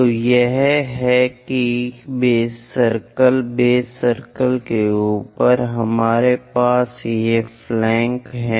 तो यह है कि बेस सर्कल बेस सर्कल के ऊपर हमारे पास ये फ्लैंक हैं